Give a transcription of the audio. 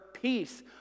Peace